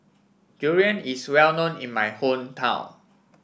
Durian is well known in my hometown